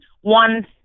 one